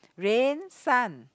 rain sun